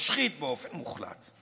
משחית באופן מוחלט.